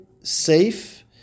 safe